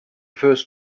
first